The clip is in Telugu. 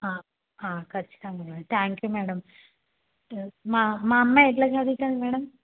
ఖచ్చితంగా మ్యాడమ్ థ్యాంక్ యూ మ్యాడమ్ మా మా అమ్మాయి ఎట్ల చదువుతుంది మ్యాడమ్